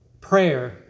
Prayer